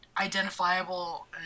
identifiable